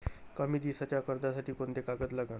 कमी दिसाच्या कर्जासाठी कोंते कागद लागन?